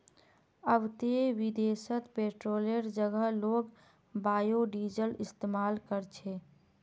अब ते विदेशत पेट्रोलेर जगह लोग बायोडीजल इस्तमाल कर छेक